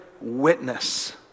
witness